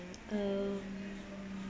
um